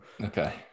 Okay